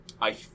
I-